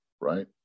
right